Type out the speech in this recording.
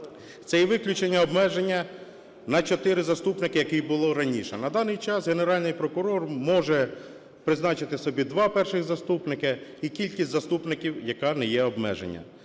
Це і виключення обмеження на чотири заступник, яке було раніше. На даний час Генеральний прокурор може призначити собі два перших заступники і кількість заступників, яка не є обмежена.